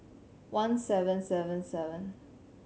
one seven seven seven